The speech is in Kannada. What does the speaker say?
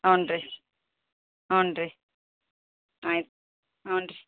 ಹ್ಞೂಂ ರೀ ಹ್ಞೂಂ ರೀ ಆಯ್ತು ಹ್ಞೂಂ ರೀ